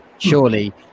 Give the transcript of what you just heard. Surely